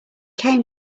came